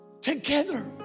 together